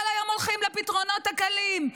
כל היום הולכים לפתרונות הקלים,